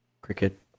Cricket